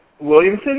Williamson